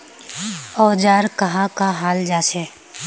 औजार कहाँ का हाल जांचें?